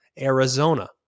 Arizona